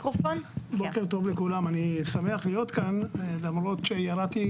אני שמח להיות כאן למרות שירדתי,